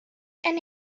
and